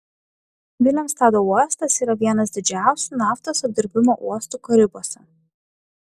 vilemstado uostas yra vienas didžiausių naftos apdirbimo uostų karibuose